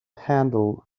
handle